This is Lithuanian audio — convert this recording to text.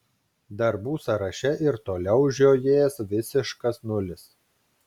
darbų sąraše ir toliau žiojės visiškas nulis